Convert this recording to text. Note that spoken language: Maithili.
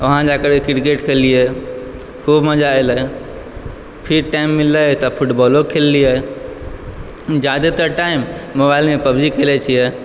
वहाँ जा करके क्रिकेट खेलियै ख़ूब मजा एलै फिर टाइम मिललै तऽ फुटबालो खेललियै जादातर टाइम मोबाइल मे पब जी खेलै छियै